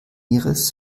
ihres